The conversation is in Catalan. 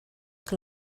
que